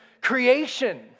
creation